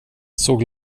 såg